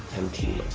mt.